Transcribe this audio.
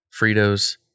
Fritos